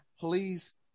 please